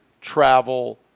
travel